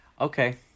Okay